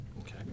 Okay